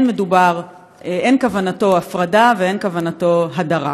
שאין כוונתו הפרדה ואין כוונתו הדרה?